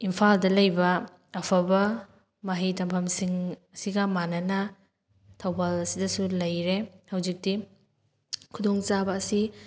ꯏꯝꯐꯥꯜꯗ ꯂꯩꯕ ꯑꯐꯕ ꯃꯍꯩ ꯇꯝꯐꯝꯁꯤꯡ ꯑꯁꯤꯒ ꯃꯥꯟꯅꯅ ꯊꯧꯕꯥꯜ ꯑꯁꯤꯗꯁꯨ ꯂꯩꯔꯦ ꯍꯧꯖꯤꯛꯇꯤ ꯈꯨꯗꯣꯡ ꯆꯥꯕ ꯑꯁꯤ